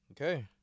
Okay